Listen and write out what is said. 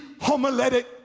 homiletic